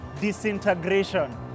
disintegration